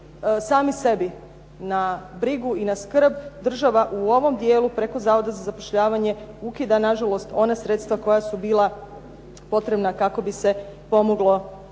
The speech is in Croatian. sami sebi na brigu i na skrb. Država u ovom dijelu preko Zavoda za zapošljavanje ukida nažalost ona sredstva koja su bila potrebna kako bi se pomoglo ljudima